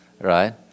right